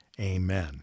Amen